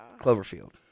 Cloverfield